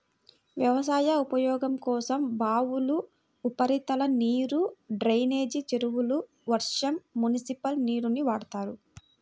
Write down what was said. వ్యవసాయ ఉపయోగం కోసం బావులు, ఉపరితల నీరు, డ్రైనేజీ చెరువులు, వర్షం, మునిసిపల్ నీరుని వాడతారు